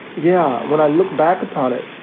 yeah, when i look back upon it,